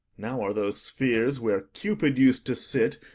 now are those spheres, where cupid us'd to sit,